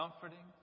comforting